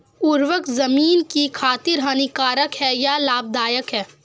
उर्वरक ज़मीन की खातिर हानिकारक है या लाभदायक है?